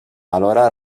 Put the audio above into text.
alhora